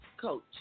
coach